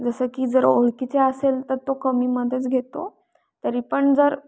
जसं की जर ओळखीचे असेल तर तो कमीमध्येच घेतो तरी पण जर